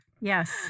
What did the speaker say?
Yes